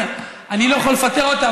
אני לא יכול לפטר אותה,